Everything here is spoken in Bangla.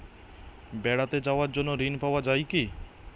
বেড়াতে যাওয়ার জন্য ঋণ পাওয়া যায় কি?